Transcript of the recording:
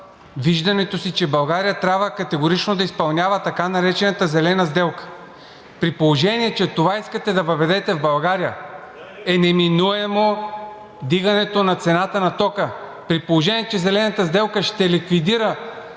виждането си, че България трябва категорично да изпълнява така наречената зелена сделка. При положение че това искате да въведете в България, е неминуемо вдигането на цената на тока. При положение че зелената сделка ще ликвидира